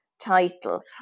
title